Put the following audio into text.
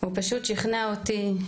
הוא פשוט שכנע אותי,